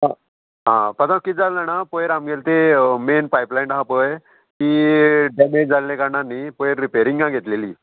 आं पात्रांव कितें जालें जाणा पयर आमगेली ती मेन पायप लायन आहा पय ती डॅमेज जाल्ले कारणान न्ही पयर रिपेरिंगा घेतलेली